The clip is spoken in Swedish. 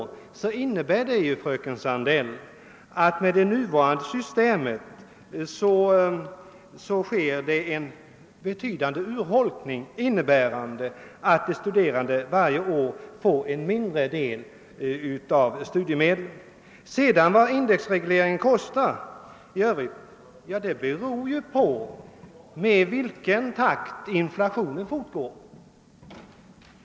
Om så är fallet innebär det ju att det med det nuvarande systemet sker en betydande urholkning, som medför att de studerande varje år får en mindre del av studiemedlen. Vad indexregleringen kostar beror ju på den takt i vilken inflationen fortgår.